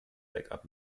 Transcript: backup